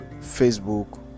Facebook